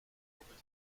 robert